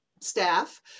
staff